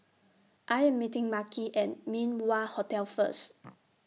I Am meeting Makhi At Min Wah Hotel First